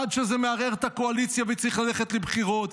עד שזה מערער את הקואליציה וצריך ללכת לבחירות.